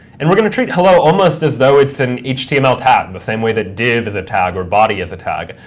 and we're going to treat hello almost as though it's an html tag, the same way that div is a tag or body is a tag,